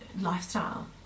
lifestyle